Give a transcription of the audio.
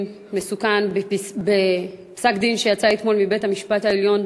מסוכן בפסק-דין שיצא אתמול מבית-המשפט העליון,